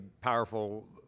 powerful